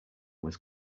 was